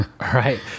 Right